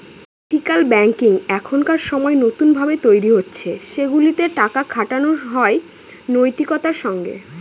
ethical banking এখনকার সময় নতুন ভাবে তৈরী হচ্ছে সেগুলাতে টাকা খাটানো হয় নৈতিকতার সঙ্গে